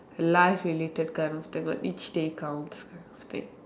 life related kind of the where each day counts kind of thing